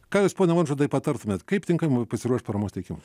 ką jūs pone vonžodai patartumėt kaip tinkamai pasiruošt paramos teikimui